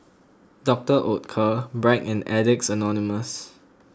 Doctor Oetker Bragg and Addicts Anonymous